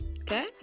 okay